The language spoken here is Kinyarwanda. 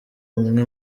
umwe